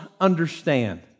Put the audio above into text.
understand